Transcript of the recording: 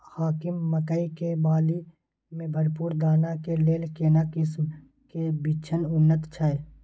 हाकीम मकई के बाली में भरपूर दाना के लेल केना किस्म के बिछन उन्नत छैय?